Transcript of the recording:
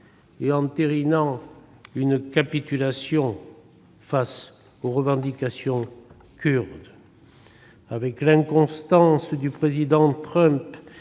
et entérinant une capitulation devant les revendications turques ? Avec l'inconstance du président Trump,